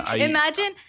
imagine